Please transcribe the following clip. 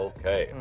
Okay